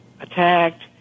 attacked